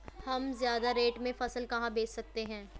हम ज्यादा रेट में फसल कहाँ बेच सकते हैं?